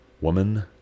woman